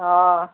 हय